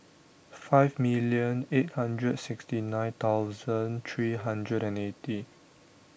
five million eight hundred sixty nine thousand three hundred and eighty